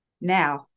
now